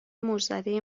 موجزده